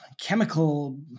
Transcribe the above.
chemical